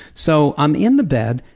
so i'm in the bed,